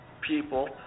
people